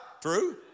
True